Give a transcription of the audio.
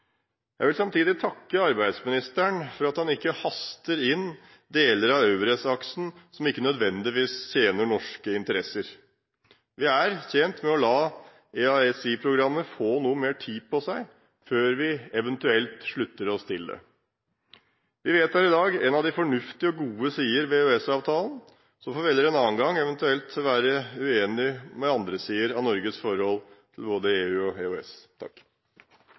Jeg vil samtidig takke arbeidsministeren for at han ikke haster inn i deler av EURES-aksen som ikke nødvendigvis tjener norske interesser. Vi er tjent med å la EaSI-programmet få noe mer tid på seg før vi eventuelt slutter oss til det. Vi vedtar i dag en av de fornuftige og gode sider ved EØS-avtalen. Så får vi heller en annen gang eventuelt være uenige om andre sider ved Norges forhold til både EU og EØS.